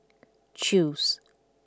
Chew's